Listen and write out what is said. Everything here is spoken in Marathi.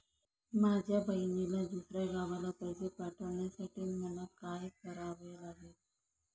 माझ्या बहिणीला दुसऱ्या गावाला पैसे पाठवण्यासाठी मला काय करावे लागेल?